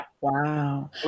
Wow